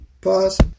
Pause